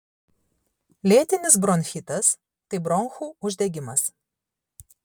lėtinis bronchitas tai bronchų uždegimas